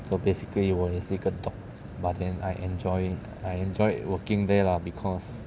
so basically 我也是一个 dog but then I enjoy I enjoy working there lah because